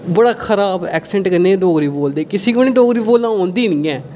बड़ा खराब ऐक्सैंट कन्नै डोगरी बोलदे कुसै गी निं डोगरी बोलना औंदी गै नेईं ऐ